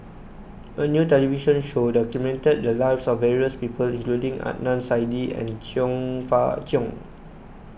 a new television show documented the lives of various people including Adnan Saidi and Chong Fah Cheong